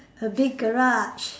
a big garage